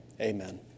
Amen